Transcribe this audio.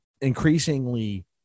increasingly